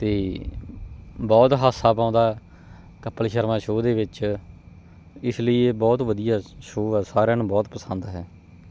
ਅਤੇ ਬਹੁਤ ਹਾਸਾ ਪਾਉਂਦਾ ਕਪਲ ਸ਼ਰਮਾ ਸ਼ੋਅ ਦੇ ਵਿੱਚ ਇਸ ਲਈ ਇਹ ਬਹੁਤ ਵਧੀਆ ਸ਼ੋਅ ਆ ਸਾਰਿਆਂ ਨੂੰ ਬਹੁਤ ਪਸੰਦ ਹੈ